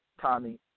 Tommy